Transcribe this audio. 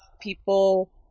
People